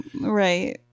right